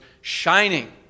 shining